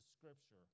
scripture